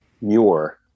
Muir